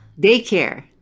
daycare